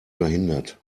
verhindert